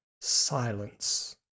silence